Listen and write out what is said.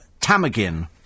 Tamagin